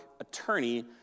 attorney